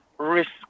Risk